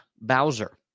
Bowser